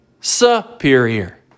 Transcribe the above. superior